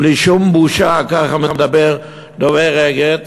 בלי שום בושה, ככה מדבר דובר "אגד".